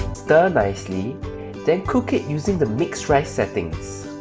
stir nicely then cook it using the mixed rice settings